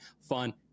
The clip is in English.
fun